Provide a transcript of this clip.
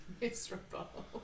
miserable